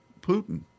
Putin